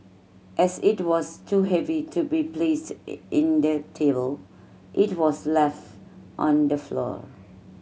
as it was too heavy to be placed in the table it was left on the floor